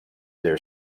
their